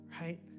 right